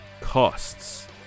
Costs